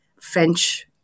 French